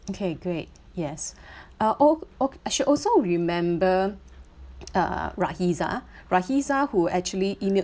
okay great yes uh ok~ ok~ I should also remember uh rahiza rahiza who actually emailed